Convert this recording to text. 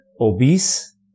obese